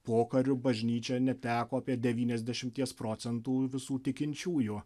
pokariu bažnyčia neteko apie devyniasdešimties procentų visų tikinčiųjų